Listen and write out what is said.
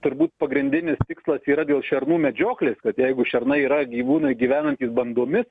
turbūt pagrindinis tikslas yra dėl šernų medžioklės kad jeigu šernai yra gyvūnai gyvenantys bandomis